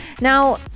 Now